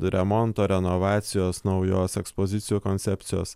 remonto renovacijos naujos ekspozicijų koncepcijos